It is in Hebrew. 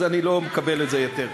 אז אני לא מקבל את זה יותר.